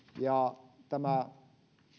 ja että tämä